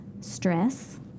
Stress